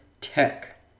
Tech